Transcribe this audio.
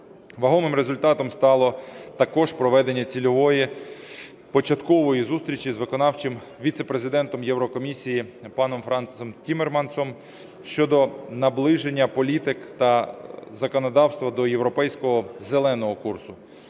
Вагомим результатом стало також проведення цільової початкової зустрічі з виконавчим віце-президентом Єврокомісії паном Франсом Тіммермансом щодо наближення політик та законодавства до Європейського зеленого курсу.